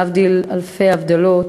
להבדיל אלף אלפי הבדלות,